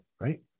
right